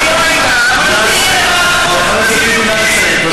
חבר הכנסת טיבי, נא לסיים.